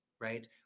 right